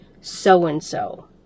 so-and-so